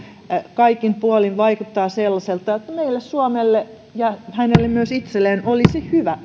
kaikin puolin vaikuttaa sellaiselta että meille suomelle ja myös hänelle itselleen olisi hyvä